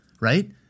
Right